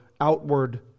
outward